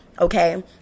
okay